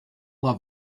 love